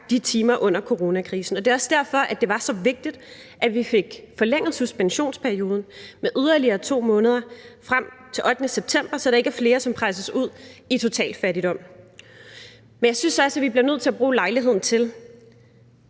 de timer under coronakrisen. Det er også derfor, at det var så vigtigt, at vi fik forlænget suspensionsperioden med yderligere 2 måneder frem til den 8. september, så der ikke er flere, som presses ud i total fattigdom. Men jeg synes også, at vi bliver nødt til at bruge lejligheden til